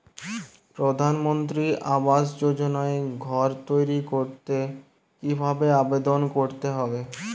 প্রধানমন্ত্রী আবাস যোজনায় ঘর তৈরি করতে কিভাবে আবেদন করতে হবে?